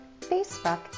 Facebook